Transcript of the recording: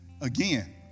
Again